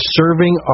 serving